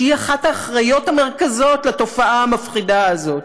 שהיא אחת האחראיות המרכזיות לתופעה המפחידה הזאת,